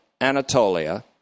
Anatolia